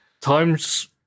times